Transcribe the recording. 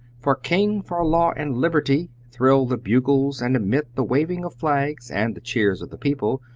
for king, for law and liberty! thrilled the bugles, and amidst the waving of flags, and the cheers of the people,